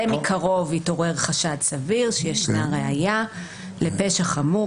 זה מקרוב התעורר חשד סביר שיש ראיה לפשע חמור